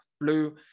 blue